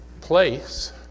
place